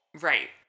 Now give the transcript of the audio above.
Right